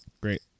Great